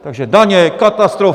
Takže daně katastrofa!